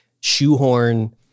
shoehorn